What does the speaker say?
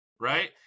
Right